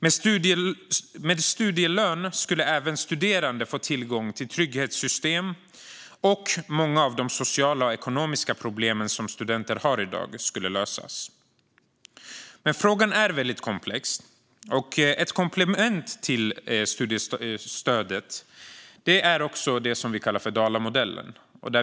Med studielön skulle även studerande få tillgång till trygghetssystemen, och många av de sociala och ekonomiska problem som studenter har i dag skulle lösas. Frågan är komplex. Ett komplement till studiestödet är den så kallade Dalamodellen.